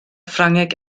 ffrangeg